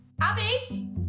Abby